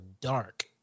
Dark